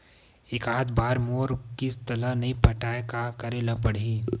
एकात बार मोर किस्त ला नई पटाय का करे ला पड़ही?